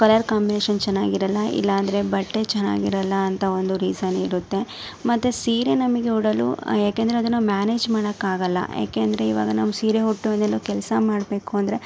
colour combination ಚೆನ್ನಾಗಿರಲ್ಲ ಇಲ್ಲಾಂದರೆ ಬಟ್ಟೆ ಚೆನ್ನಾಗಿರಲ್ಲ ಅಂತ ಒಂದು ರೀಸನ್ ಇರುತ್ತೆ ಮತ್ತು ಸೀರೆ ನಮಗೆ ಉಡಲು ಯಾಕೆಂದರೆ ಅದನ್ನು ಮ್ಯಾನೇಜ್ ಮಾಡೋಕ್ಕಾಗಲ್ಲ ಯಾಕೆಂದರೆ ಇವಾಗ ನಾವು ಸೀರೆ ಉಟ್ಟು ಇನ್ನೆಲ್ಲೋ ಕೆಲಸ ಮಾಡಬೇಕು ಅಂದರೆ